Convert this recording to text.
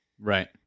Right